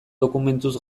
dokumentuz